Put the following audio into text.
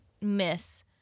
miss